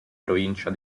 provincia